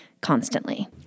constantly